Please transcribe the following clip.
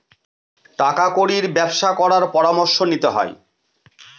টাকা কুড়ির ব্যবসা করার পরামর্শ নিতে হয়